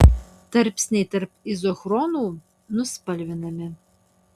tarpsniai tarp izochronų nuspalvinami